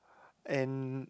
and